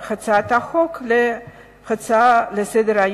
להצעת מזכיר הכנסת להפוך את הצעת החוק להצעה רגילה לסדר-היום.